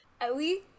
Ellie